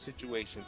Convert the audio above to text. situation